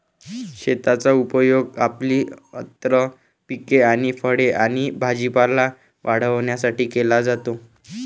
शेताचा उपयोग आपली अन्न पिके आणि फळे आणि भाजीपाला वाढवण्यासाठी केला जातो